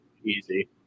easy